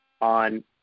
on